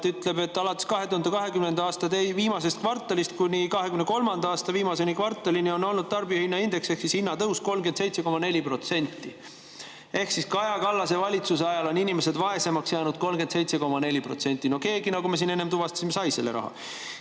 ütleb, et alates 2020. aasta viimasest kvartalist kuni 2023. aasta viimase kvartalini on tarbijahinnaindeks ehk hinnatõus olnud 37,4%. Kaja Kallase valitsuse ajal on inimesed vaesemaks jäänud 37,4%. No keegi, nagu me siin enne tuvastasime, sai selle raha.